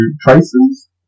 Traces